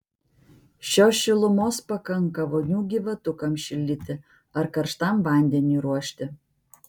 šios šilumos pakanka vonių gyvatukams šildyti ar karštam vandeniui ruošti